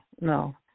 no